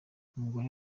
umugore